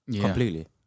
completely